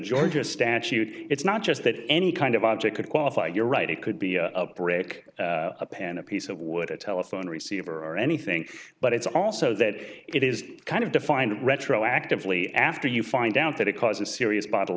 georgia statute it's not just that any kind of object could qualify you're right it could be a brick upin a piece of wood a telephone receiver or anything but it's also that it is kind of defined retroactively after you find out that it caused a serious bo